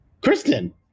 Kristen